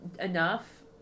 enough